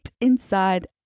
inside